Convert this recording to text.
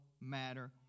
matter